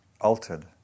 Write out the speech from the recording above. altered